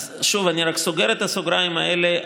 אני רק סוגר את הסוגריים האלה.